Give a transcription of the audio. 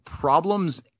problems